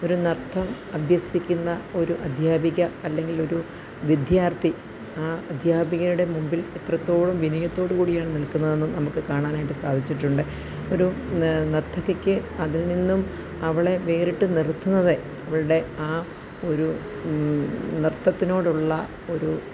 ഒരു നൃത്തം അഭ്യസിക്കുന്ന ഒരു അദ്ധ്യാപിക അല്ലെങ്കില് ഒരു വിദ്യാര്ത്ഥി ആ അദ്ധ്യാപികയുടെ മുമ്പില് എത്രത്തോളം വിനയത്തോടു കൂടിയാണ് നില്ക്കുന്നതെന്നു നമുക്ക് കാണാനായിട്ടു സാധിച്ചിട്ടുണ്ട് ഒരു നര്ത്തകിക്ക് അതില് നിന്നും അവളെ വേറിട്ടു നിര്ത്തുന്നത് അവളുടെ ആ ഒരു നൃത്തത്തിനോടുള്ള ഒരു